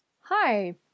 Hi